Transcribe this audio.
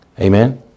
Amen